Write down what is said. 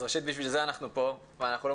אז ראשית בשביל זה אנחנו פה ואנחנו לא